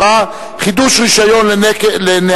התעבורה (חובת מסירת מידע בדבר משכון על רכב),